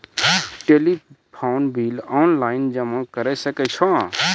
Telephone bill online जमा करै सकै छौ?